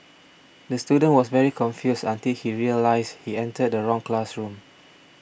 the student was very confused until he realised he entered the wrong classroom